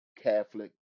Catholic